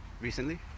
recently